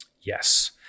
yes